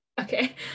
Okay